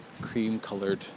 cream-colored